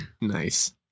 Nice